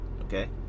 Okay